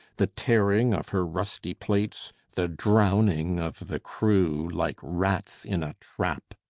the tearing of her rusty plates, the drowning of the crew like rats in a trap.